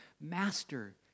Master